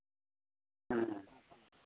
ᱦᱮᱸ